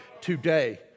today